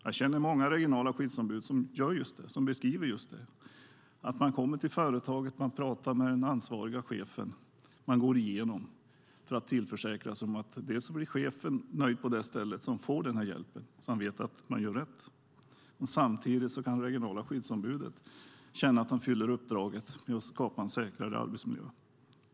Jag känner många regionala skyddsombud som beskriver att de kommer till företaget, pratar med den ansvariga chefen, går igenom saker för att tillförsäkra att chefen blir nöjd med hjälpen så att denne gör rätt, och samtidigt kan det regionala skyddsombudet känna att han uppfyller uppdraget att skapa en säkrare arbetsmiljö.